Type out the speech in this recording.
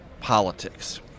politics